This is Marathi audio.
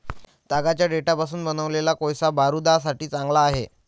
तागाच्या देठापासून बनवलेला कोळसा बारूदासाठी चांगला आहे